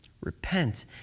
Repent